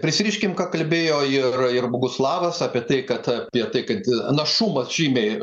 prisiriškim ką kalbėjo ir ir boguslavas apie tai kad apie tai kad našumas žymiai